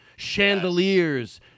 chandeliers